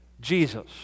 Jesus